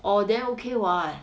orh then okay [what]